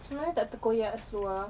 macam mana tak terkoyak seluar